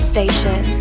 Station